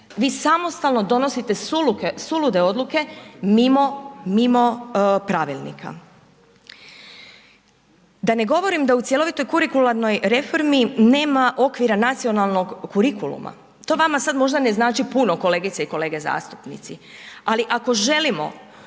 Vi samostalno donosite sulude odluke mimo pravilnika. Da ne govorim da u cjelovitoj kurikularnoj reformi nema okvira nacionalnog kurikuluma. To vama sad možda ne znači puno kolegice i kolege zastupnici ali ako želimo